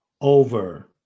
over